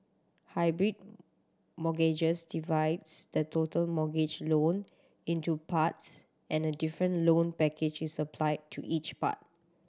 hybrid mortgages divides the total mortgage loan into parts and a different loan package is applied to each part